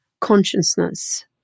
consciousness